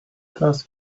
just